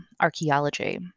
archaeology